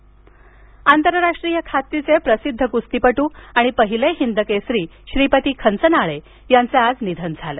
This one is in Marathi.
निधन आंतरराष्ट्रीय ख्यातीचे प्रसिद्ध कुस्तीपटू आणि पहिले हिंदकेसरी श्रीपती खंचनाळे यांचं आज निधन झालं